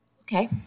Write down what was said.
Okay